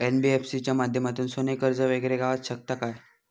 NBFC च्या माध्यमातून सोने कर्ज वगैरे गावात शकता काय?